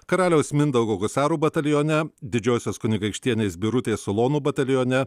karaliaus mindaugo husarų batalione didžiosios kunigaikštienės birutės ulonų batalione